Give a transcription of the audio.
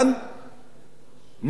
מה שהצענו ל-10,